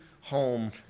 home